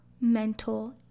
mental